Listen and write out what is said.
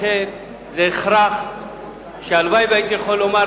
לכן זה הכרח שהלוואי שהייתי יכול לומר